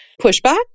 pushback